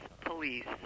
police